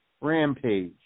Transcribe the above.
Rampage